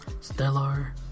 Stellar